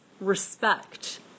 respect